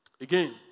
Again